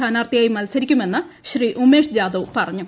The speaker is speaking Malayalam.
സ്ഥാനാർത്ഥിയായി മത്സരിക്കുമെന്ന് ശ്രീ ഉമേഷ് ജാദവ് പറഞ്ഞു